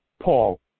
Paul